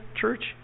church